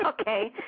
Okay